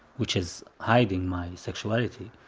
which is hiding my sexuality,